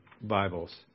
Bibles